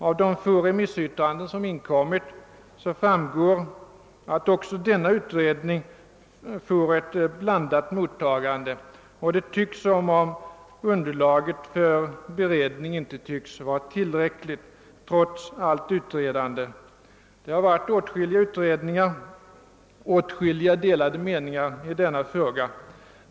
Av de få remissyttranden som inkommit framgår att också denna utredning får ett blandat mottagande och att underlaget för beredningen inte tycks vara tillräckligt trots allt utredande. Det har varit åtskilliga utredningar, och mycket delade meningar har framförts i frågan.